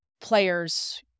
players